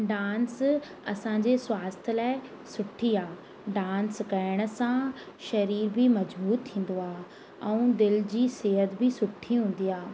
dance असांजे स्वास्थ्य लाइ सुठी आहे डांस करण सां शरीर बि मजबूत थींदो आहे ऐं दिलि जी सिहत बि सुठी हूंदी आहे